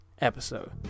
episode